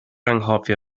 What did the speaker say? anghofio